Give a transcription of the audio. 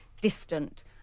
distant